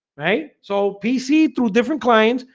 right. so pc through different clients.